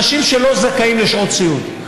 אנשים שלא זכאים לשעות סיעוד,